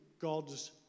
God's